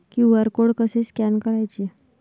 QR code कसे scan करायचे?